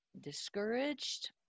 discouraged